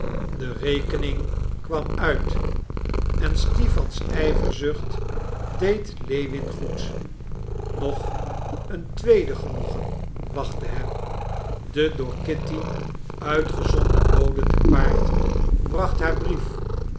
de rekening kwam uit en stipans ijverzucht deed lewin goed nog een tweede genoegen wachtte hem de door kitty uitgezonden bode te paard bracht haar brief